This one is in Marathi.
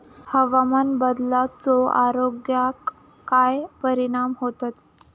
हवामान बदलाचो आरोग्याक काय परिणाम होतत?